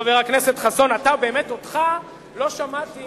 חבר הכנסת חסון, באמת אותך לא שמעתי